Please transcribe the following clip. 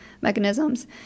mechanisms